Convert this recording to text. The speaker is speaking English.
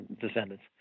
descendants